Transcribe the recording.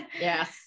Yes